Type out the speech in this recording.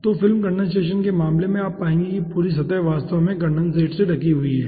तो film condensation के मामले में आप पाएंगे कि पूरी सतह वास्तव में कंडेंसट से ढकी हुई है